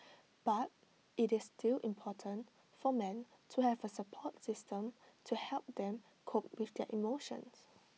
but IT is still important for men to have A support system to help them cope with their emotions